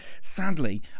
Sadly